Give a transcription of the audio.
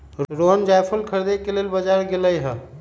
रोहण जाएफल खरीदे के लेल बजार गेलई ह